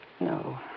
No